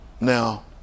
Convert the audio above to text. Now